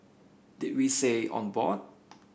did we say on board